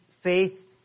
faith